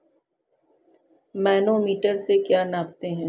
Manometer से क्या नापते हैं?